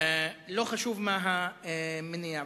ולא חשוב מה המניע.